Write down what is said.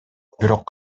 бирок